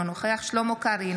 אינו נוכח שלמה קרעי,